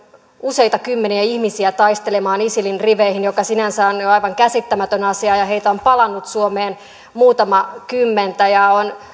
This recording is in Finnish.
useita kymmeniä ihmisiä taistelemaan isilin riveihin mikä sinänsä on jo jo aivan käsittämätön asia ja heitä on palannut suomeen muutama kymmenen on